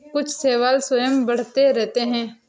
कुछ शैवाल स्वयं बढ़ते रहते हैं